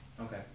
Okay